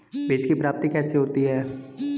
बीज की प्राप्ति कैसे होती है?